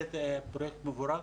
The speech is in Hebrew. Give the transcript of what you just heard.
זה פרויקט מבורך,